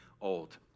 old